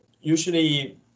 usually